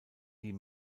die